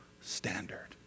standard